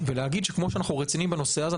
ולהגיד שכמו שאנחנו רציניים בנושא הזה,